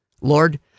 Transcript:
Lord